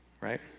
right